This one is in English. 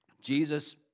Jesus